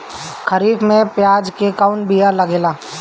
खरीफ में प्याज के कौन बीया लागेला?